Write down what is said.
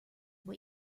what